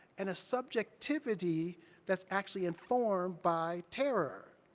and a subjectivity that's actually informed by terror.